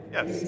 Yes